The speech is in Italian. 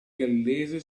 gallese